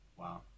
wow